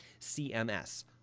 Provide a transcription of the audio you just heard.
CMS